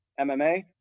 MMA